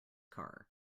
car